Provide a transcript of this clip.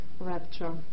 rapture